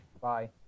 bye